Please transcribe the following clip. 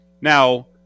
now